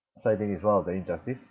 so I think it's one of the injustice